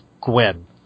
Gwen